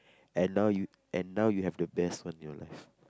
and now you and now you have the best one your life